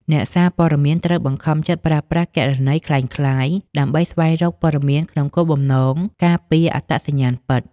អ្នកសារព័ត៌មានត្រូវបង្ខំចិត្តប្រើប្រាស់គណនីក្លែងក្លាយ ដើម្បីស្វែងរកព័ត៌មានក្នុងគោលបំណងការពារអត្តសញ្ញាណពិត។